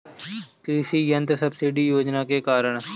कृषि यंत्र सब्सिडी योजना के कारण?